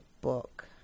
book